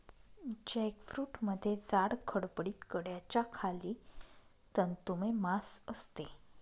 जॅकफ्रूटमध्ये जाड, खडबडीत कड्याच्या खाली तंतुमय मांस असते